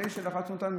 די לחצנו אותם,